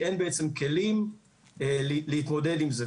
אין בעצם כלים להתמודד עם זה.